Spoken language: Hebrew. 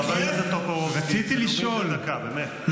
חבר הכנסת טופורובסקי, נאום בן דקה, באמת.